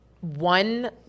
One